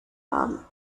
haben